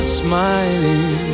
smiling